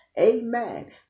amen